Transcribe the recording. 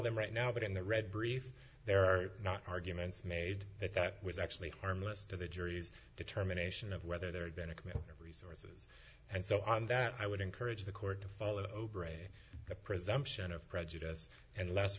them right now but in the read brief there are not arguments made that that was actually harmless to the jury's determination of whether there had been a committee of recess and so on that i would encourage the court to follow brady the presumption of prejudice and less